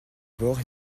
bord